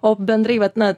o bendrai vat na